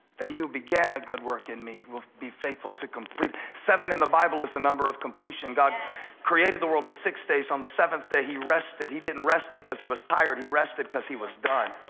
that he who began a good work in me will be faithful to complete it. seven in the bible is the number of completion. god created the world in six days. on the seventh day he rested. he didn't rest because he was tired he rested because he was done.